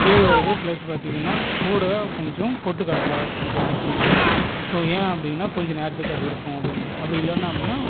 கேழ்வரகு பிளஸ் பார்த்தீங்கான்னா கூட கொஞ்சம் பொட்டுக்கடலை கொஞ்சம் ஆட் பண்ணுவாங்க ஸோ ஏன் அப்படின்னா கொஞ்சம் நேரத்துக்கு அது இருக்கும் அப்படி இல்லைன்னா அப்படின்னால்